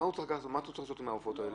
מה הוא צריך לעשות עם העופות האלה?